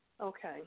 Okay